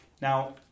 Now